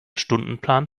stundenplan